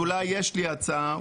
יש לי הצעה.